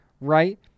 right